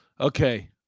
Okay